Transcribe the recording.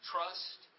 Trust